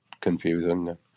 confusing